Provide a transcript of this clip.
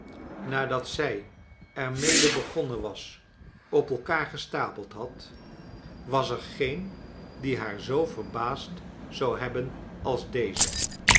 nadat zij cr mede begonnen was op elkaar gestapeld had was er geen chatsles dickens die haar zoo verbaasd zou hebben als deze